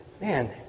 man